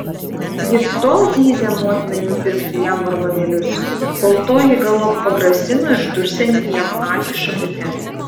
jis tol zyzė motinai nupirkti jam vargonėlius kol toji galop pagrasino išdursianti jam akį šakute